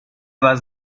was